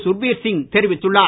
சுர்பீர் சிங் தெரிவித்துள்ளார்